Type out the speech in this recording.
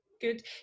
good